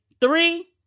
Three